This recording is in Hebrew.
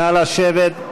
נא לשבת.